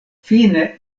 fine